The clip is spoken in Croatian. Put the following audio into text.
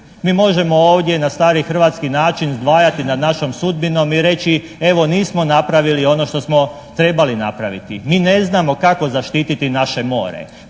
Mi možemo ovdje na stari hrvatski način zdvajati nad našom sudbinom i reći evo nismo napravili ono što smo trebali napraviti. Mi ne znamo kako zaštiti naše more.